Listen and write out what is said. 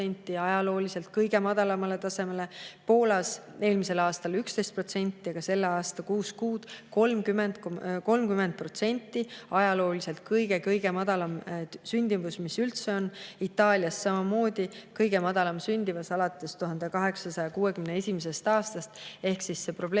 ajalooliselt kõige madalamale tasemele. Poolas [oli kukkumine] eelmisel aastal 11%, aga selle aasta kuue kuuga 30% – ajalooliselt kõige-kõige madalam sündimus, mis üldse on. Itaalias samamoodi kõige madalam sündimus alates 1861. aastast. Ehk siis see probleem